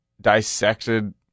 dissected